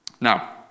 Now